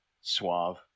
Suave